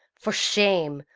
for shame,